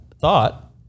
thought